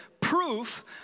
proof